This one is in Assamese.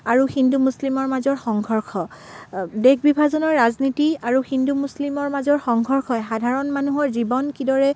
আৰু হিন্দু মুছলিমৰ মাজৰ সংঘৰ্ষ দেশ বিভাজনৰ ৰাজনীতি আৰু হিন্দু মুছলিমৰ মাজৰ সংঘৰ্ষই সাধাৰণ মানুহৰ জীৱন কিদৰে